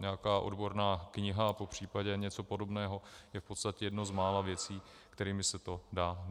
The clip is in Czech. nějaká odborná kniha, popřípadě něco podobného, je v podstatě jedno z mála věcí, kterými se to dá měřit.